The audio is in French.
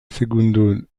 segundo